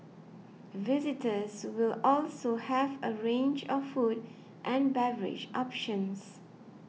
visitors will also have a range of food and beverage options